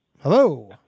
hello